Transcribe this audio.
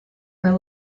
are